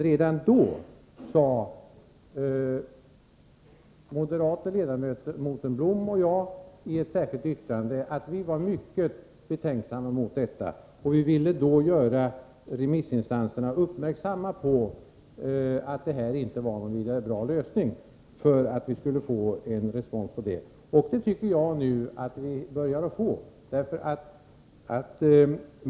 Redan då sade den moderate ledamoten Blom och jag i ett särskilt yttrande att vi var mycket betänksamma mot detta. Vi ville göra remissinstanserna uppmärksamma på att detta inte var någon särskilt bra lösning, och vi ville ha respons på den uppfattningen. Det tycker jag nu vi börjar få.